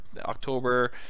October